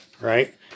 Right